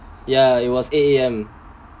ya it was eight A_M